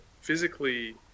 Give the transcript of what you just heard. physically